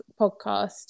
podcast